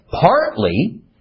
Partly